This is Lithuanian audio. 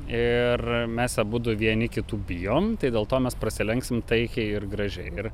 ir mes abudu vieni kitų bijom tai dėl to mes prasilenksim taikiai ir gražiai ir